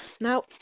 now